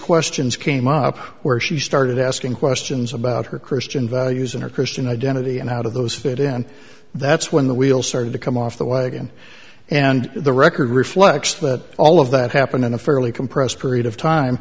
questions came up where she started asking questions about her christian values and her christian identity and how do those fit in that's when the wheels started to come off the wagon and the record reflects that all of that happened in a fairly compressed period of time